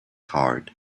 heart